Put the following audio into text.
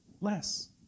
less